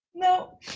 No